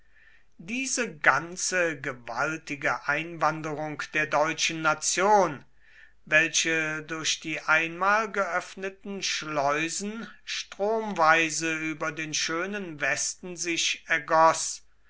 diese ganze gewaltige einwanderung der deutschen nation welche durch die einmal geöffneten schleusen stromweise über den schönen westen sich ergoß